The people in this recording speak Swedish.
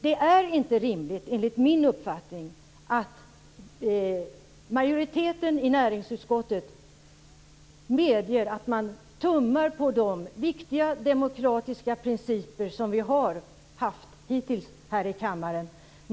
Det är enligt min uppfattning inte rimligt att majoriteten i näringsutskottet, som den medger att den gör, tummar på de viktiga demokratiska principer som vi hittills har haft här i kammaren.